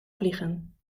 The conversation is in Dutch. vliegen